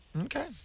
Okay